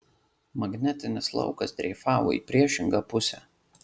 magnetinis laukas dreifavo į priešingą pusę